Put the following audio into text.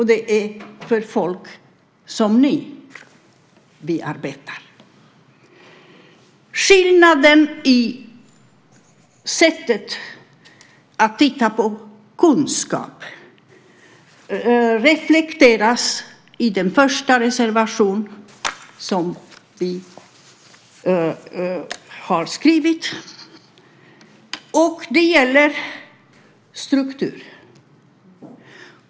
Det är för folk som ni vi arbetar. Skillnaden i sättet att se på kunskap reflekteras i den första reservation som vi har skrivit. Det gäller struktur.